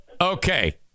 Okay